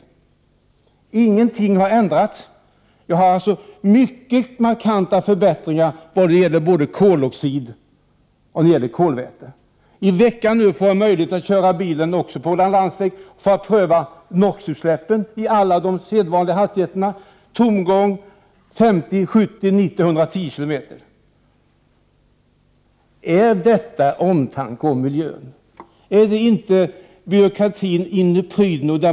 Trots att ingenting har ändrats kan man peka på mycket markanta förbättringar vad gäller både koloxid och kolväte. Nu i veckan får jag 117 möjlighet att köra bilen på en annan landsväg för att kontrollera NO, utsläppen på de vanliga hastigheterna. Det gäller då såväl tomgång som 50, 70, 90 och 110 km. Men visar detta verkligen på omtanke om miljön? Är det inte fråga om byråkrati i dess prydno?